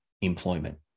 employment